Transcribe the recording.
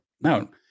No